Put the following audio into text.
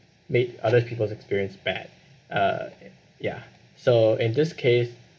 made other people's experience bad uh ya so in this case